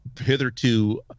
hitherto